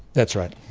that's right.